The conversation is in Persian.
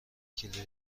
کلیدی